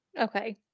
Okay